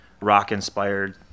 rock-inspired